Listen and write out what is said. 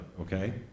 okay